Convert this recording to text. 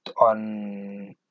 on